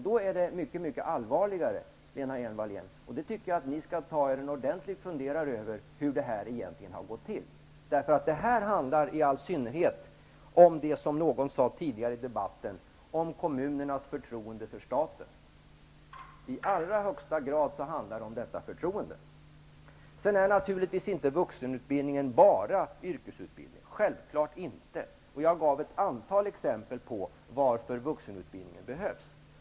Då är det mycket allvarligare, Lena Hejlm-Wallén, och jag tycker att ni skall ta er en ordentlig funderare över hur detta egentligen har gått till. Det här handlar i allra högsta grad om -- som någon sade tidigare i debatten -- kommunernas förtroende för staten. Naturligtvis är vuxenutbildningen inte bara yrkesutbildning. Jag gav ett antal exempel på att vuxenutbildningen behövs.